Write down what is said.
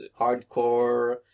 hardcore